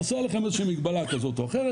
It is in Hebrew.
נעשה עליכם איזושהי מגבלה כזאת או אחרת,